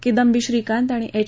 किदम्बी श्रीकांत आणि एच